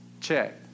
Check